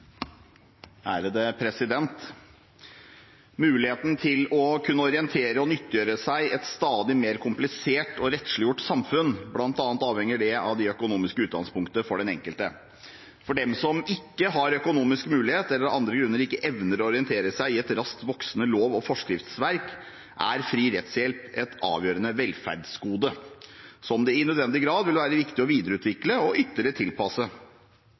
og 11. Muligheten til å kunne orientere seg i og nyttiggjøre seg et stadig mer komplisert og rettsliggjort samfunn avhenger bl.a. av det økonomiske utgangspunktet for den enkelte. For dem som ikke har økonomisk mulighet eller av andre grunner ikke evner å orientere seg i et raskt voksende lov- og forskriftsverk, er fri rettshjelp et avgjørende velferdsgode, som det i nødvendig grad vil være viktig å videreutvikle og ytterligere tilpasse.